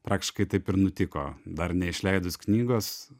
praktiškai taip ir nutiko dar neišleidus knygos